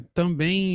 também